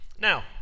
Now